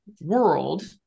world